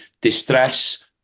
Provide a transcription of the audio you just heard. distress